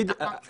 ד"ר שגב,